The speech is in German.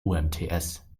umts